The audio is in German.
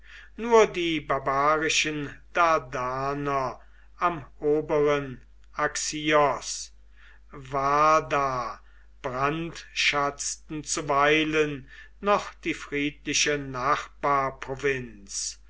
nur die barbarischen dardaner am oberen axios vardar brandschatzten zuweilen noch die friedliche